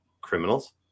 criminals